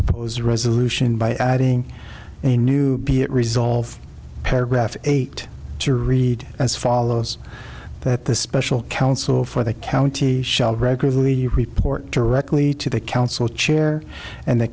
proposed resolution by adding a new be it resolved paragraph eight to read as follows that the special counsel for the county shall regularly report directly to the counsel chair and the